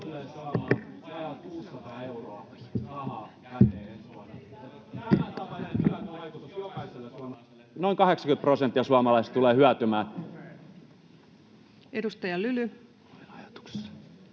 noin 80 prosenttia suomalaisista tulee hyötymään. Edustaja Lyly.